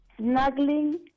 Snuggling